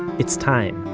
it's time,